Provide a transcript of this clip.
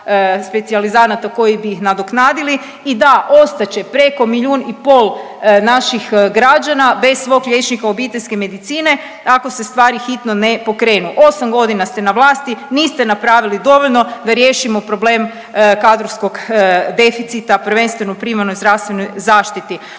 specijalizanata koji bi ih nadoknadili i da ostat će preko milijun i pol naših građana bez svog liječnika obiteljske medicine ako se stvari hitno ne pokrenu. Osam godina ste na vlasti niste napravili dovoljno da riješimo problem kadrovskog deficita, prvenstveno u primarnoj zdravstvenoj zaštiti.